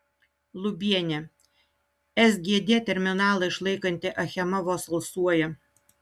lubienė sgd terminalą išlaikanti achema vos alsuoja